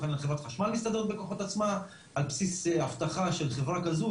העניין חברת החשמל מסתדרת בכוחות עצמה על בסיס אבטחה של חברה כזו,